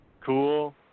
Cool